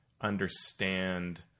understand